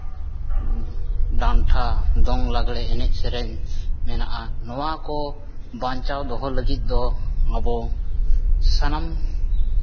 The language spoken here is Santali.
ᱰᱟᱱᱴᱟ ᱫᱚᱝ ᱞᱟᱜᱽᱬᱮ ᱮᱱᱮᱡ ᱥᱮᱨᱮᱧ ᱢᱮᱱᱟᱜᱼᱟ ᱱᱚᱣᱟ ᱠᱚ ᱵᱟᱧᱪᱟᱣ ᱫᱚᱦᱚ ᱞᱟᱹᱜᱤᱫ ᱫᱚ ᱟᱵᱚ ᱥᱟᱱᱟᱢ